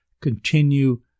continue